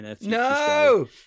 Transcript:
No